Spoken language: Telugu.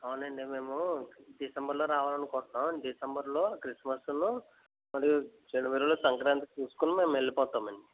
అవునండి మేము డిసెంబర్లో రావలనుకుంట్నాం డిసెంబర్లో క్రిస్ట్మస్సూనూ మళ్ళీ జనవరిలో సంక్రాంతి చూస్కుని మేము వెళ్ళిపోతామండి